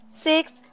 six